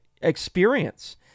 experience